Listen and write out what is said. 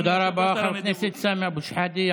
תודה רבה, חבר הכנסת סמי אבו שחאדה.